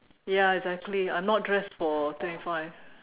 ya exactly I'm not dressed for twenty five